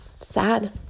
sad